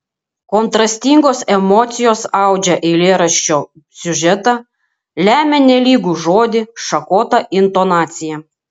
kontrastingos emocijos audžia eilėraščio siužetą lemia nelygų žodį šakotą intonaciją